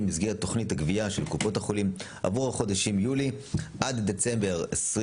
במסגרת תוכנית הגבייה של קופות החולים עבור החודשים יולי עד דצמבר 2023,